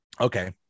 Okay